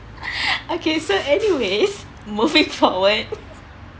okay so anyways moving forward